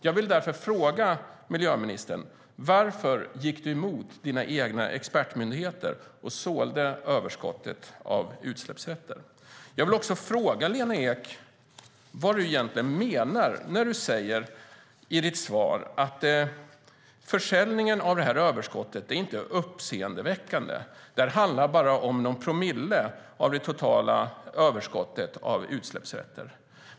Jag vill därför fråga miljöministern: Varför gick du emot dina egna expertmyndigheter och sålde överskottet av utsläppsrätter? Jag vill också fråga Lena Ek vad hon egentligen menar när hon i svaret säger att försäljningen av överskottet inte är uppseendeväckande utan att det bara handlar om någon promille av det totala överskottet av utsläppsrätter.